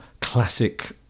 classic